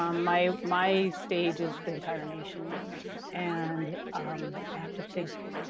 um my my stage is the entire nation and i have to think